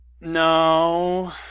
No